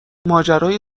ماجرای